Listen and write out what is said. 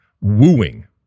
wooing